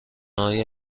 های